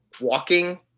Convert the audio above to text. walking